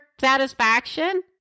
satisfaction